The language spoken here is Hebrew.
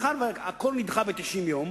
הרי מאחר שהכול נדחה ב-90 יום,